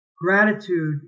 gratitude